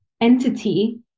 entity